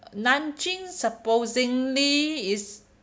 nanjing supposingly is